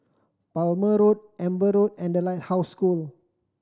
Palmer Road Amber Road and The Lighthouse School